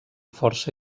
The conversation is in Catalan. força